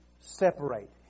separate